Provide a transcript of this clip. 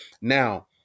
Now